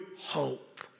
hope